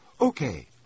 Okay